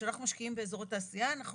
כשאנחנו משקיעים באזורי תעשייה אנחנו